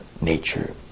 nature